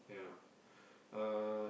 yeah uh